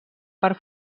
part